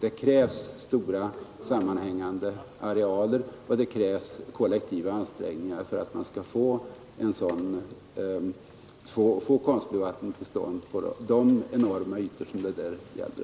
Det krävs stora sammanhängande arealer och det krävs kollektiva ansträngningar för att få en konstbevattning till stånd på de enorma ytor som det där gällde.